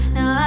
Now